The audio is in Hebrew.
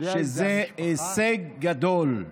שזה הישג גדול.